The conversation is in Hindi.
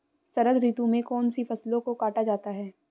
शरद ऋतु में कौन सी फसलों को काटा जाता है?